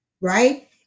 Right